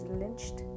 lynched